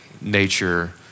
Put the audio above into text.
nature